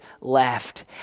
left